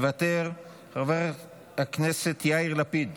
מוותר, חבר הכנסת יאיר לפיד,